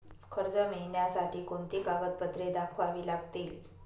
कर्ज मिळण्यासाठी कोणती कागदपत्रे दाखवावी लागतील?